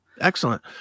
excellent